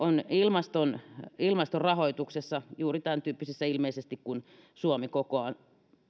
on ilmaston ilmaston rahoituksessa juuri tämäntyyppisissä ilmeisesti kuin suomi kokoaan